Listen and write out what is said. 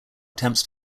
attempts